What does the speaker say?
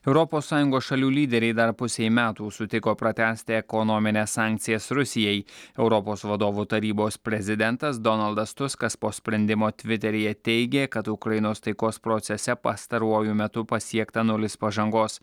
europos sąjungos šalių lyderiai dar pusei metų sutiko pratęsti ekonomines sankcijas rusijai europos vadovų tarybos prezidentas donaldas tuskas po sprendimo tviteryje teigė kad ukrainos taikos procese pastaruoju metu pasiekta nulis pažangos